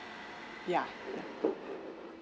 yeah